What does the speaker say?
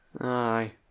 aye